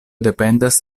dependas